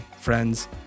friends